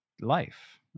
life